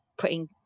putting